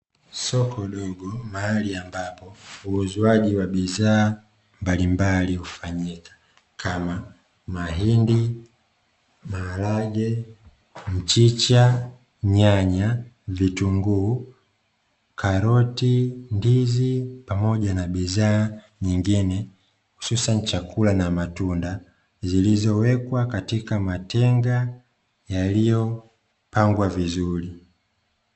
Soko dogo, mahali ambapo uuzaji wa bidhaa mbalimbali hufanyika kama: mahindi, maharage, mchicha, nyanya, vitunguu, karoti, ndizi, pamoja na bidhaa nyingine hususan chakula na matunda; zilizowekwa katika matenga yaliyopangwa vizuri.